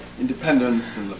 independence